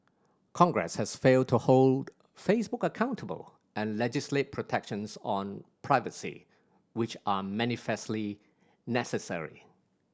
congress has failed to hold Facebook accountable and legislate protections on privacy which are manifestly necessary